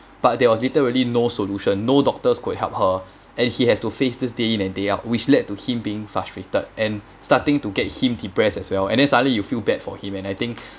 but there was literally no solution no doctors could help her and he has to face this day in and day out which led to him being frustrated and starting to get him depressed as well and then suddenly you feel bad for him and I think